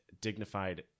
dignified